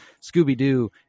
Scooby-Doo